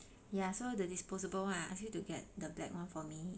ya so the disposable [one] I ask you to get the black one for me